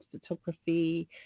photography